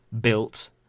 built